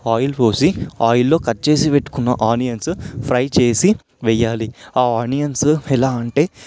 oil పోసి ఆయిల్లో cut చేసి పెట్టుకున్న ఆనియన్స్ ఫ్రై చేసి వేయాలి ఆ ఆనియన్స్ ఎలా అంటే